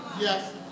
Yes